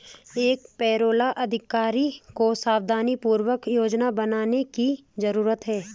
एक पेरोल अधिकारी को सावधानीपूर्वक योजना बनाने की जरूरत है